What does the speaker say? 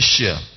asia